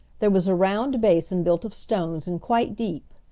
there was a round basin built of stones and quite deep.